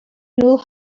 know